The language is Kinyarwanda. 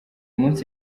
munsi